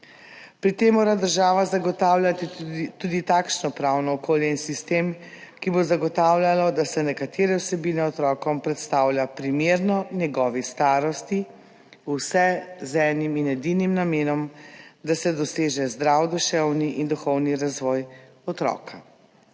Pri tem mora država zagotavljati tudi takšno pravno okolje in sistem, ki bo zagotavljal, da se nekatere vsebine otrokom predstavlja primerno njegovi starosti, vse z enim in edinim namenom, da se doseže zdrav duševni in duhovni razvoj otroka.